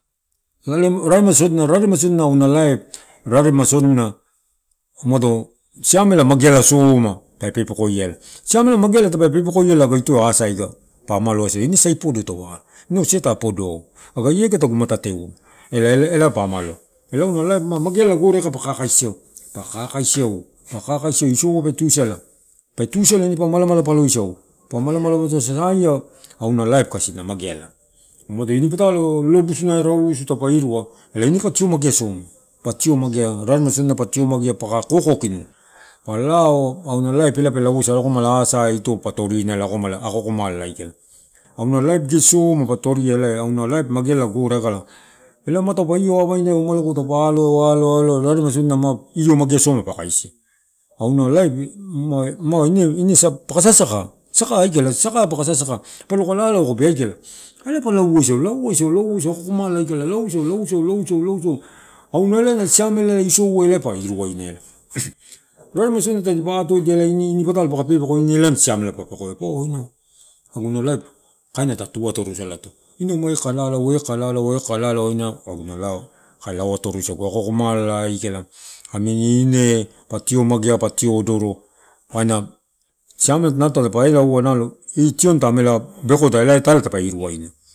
Nalo raremaisodina, raremasodina auna laip raremaisodina umado siamela mageala soma pa pepekoiaeu, siamela mageala taupe pepekoiaeu elaba ito asaiasa, pa amalo asau ine sai podo tau alo, se, ta, apodoau, aga iagama tagu matateua elapa amaloua, ela na laipue pakakaisiaeu. Pakakaisiaeu isouai pe tuisala, pe tuisala mapa malamala paloisau kasisaiai una laip na mageala. Umado ine patalo, lolobusuai pa irua elae ine, pa, tio, mageasau, tio, magea, raremasodina pa tio magea pa kokoinu pa lao auna laip elae pa lauasau akomala asai ako akomala aika auna laip gesi soma pa toria. Auna laip mageala gore aika elae taupe io wawainaueu mapa raremeisodina ma io magea pa kaisia, auna laip ma ine paka sasaka, saka aikala saka peke sasaka pelo lao kobe, aikala elae palo laoasau, laoasau akoakomala auna siamela isovai elae pa iru waina eu raremaisodina tadipa ato rodiaela ine elae na siam paka pekeko paua inau aguna laip kaina ta tu atorosalato, inau ekaka lalaoa, enkaka lalaoa, ina aguna laip kae lauatoroisagu ako akomala aika nani ine patio, odoro kaina siaru tadapa aloa aloa, itioni ta amela bekoda eloi itaela dapa iru waina.